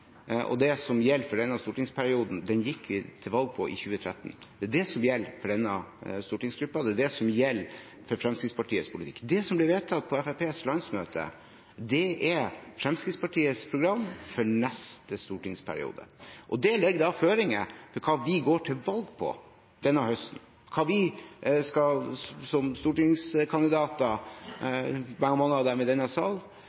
det som gjelder for denne stortingsperioden, gikk vi til valg på i 2013. Det er det som gjelder for denne stortingsgruppen, det er det som gjelder for Fremskrittspartiets politikk. Det som ble vedtatt på Fremskrittspartiets landsmøte, er Fremskrittspartiets program for neste stortingsperiode. Det legger føringer for hva vi går til valg på denne høsten – hva vi som stortingskandidater, hver og en i denne sal,